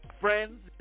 friends